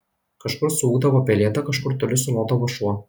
kažkur suūkdavo pelėda kažkur toli sulodavo šuo